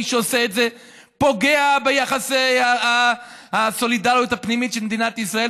מי שעושה את זה פוגע ביחסי הסולידריות הפנימית של מדינת ישראל,